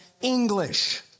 English